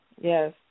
Yes